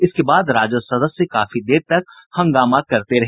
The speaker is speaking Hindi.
इसके बाद राजद सदस्य काफी देर तक हंगामा करते रहे